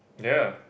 yeah